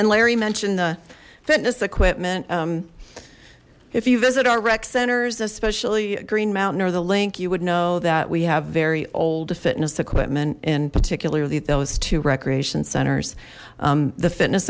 then larry mentioned the fitness equipment if you visit our rec centers especially green mountain or the link you would know that we have very old fitness equipment in particularly those two recreation centers the fitness